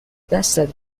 دستت